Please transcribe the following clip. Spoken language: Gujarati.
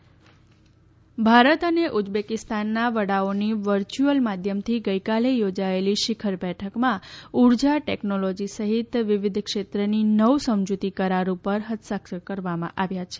પ્રધાનમંત્રી ઉઝબેકીસ્તાન ભારત અને ઉજબેકીસ્તાનના વડાઓની વર્ચ્યુઅલ માધ્યમથી ગઇકાલે યોજાયેલી શીખર બેઠકમાં ઉર્જા ટેકનોલોજી સહિત વિવિધ ક્ષેત્રની નવ સમજીતી કરાર ઉપર હસ્તાક્ષર કરવામાં આવ્યા છે